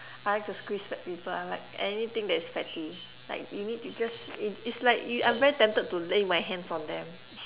I like to squeeze fat people I like anything that is fatty like you need to just it's like yo~ I'm very tempted to lay my hands on them